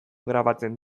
grabatzen